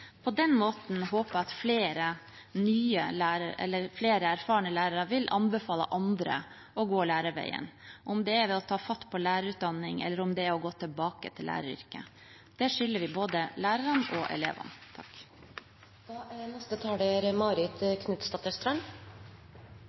På den måten håper jeg at flere erfarne lærere vil anbefale andre å gå lærerveien – om det er ved å ta fatt på lærerutdanning, eller om det er å gå tilbake til læreryrket. Det skylder vi både lærerne og elevene. Jeg er